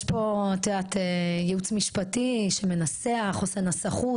יש פה ייעוץ משפטי שמנסח, עושה נסחות.